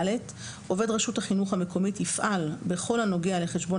(ד)עובד רשות החינוך המקומית יפעל בכל הנוגע לחשבון